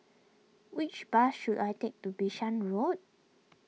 which bus should I take to Bishan Road